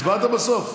הצבעת בסוף?